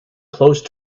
close